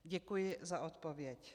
Děkuji za odpověď.